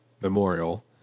Memorial